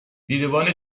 دیدبان